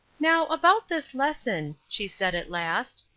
now about this lesson, she said, at last.